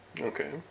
Okay